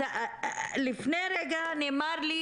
לפני רגע נאמר לי,